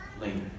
later